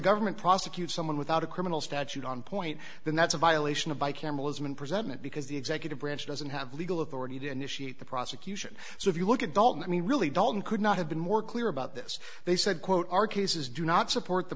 guy verman prosecute someone without a criminal statute on point then that's a violation of bi cameral isn't present because the executive branch doesn't have legal authority to initiate the prosecution so if you look at dalton i mean really dalton could not have been more clear about this they said quote our cases do not support the